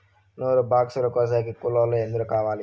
నూరు బాక్సులు కోసేకి కూలోల్లు ఎందరు కావాలి?